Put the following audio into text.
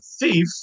thief